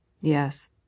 Yes